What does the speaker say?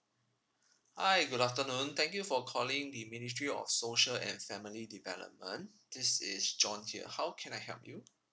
hi good afternoon thank you for calling the ministry of social and family development this is john here how can I help you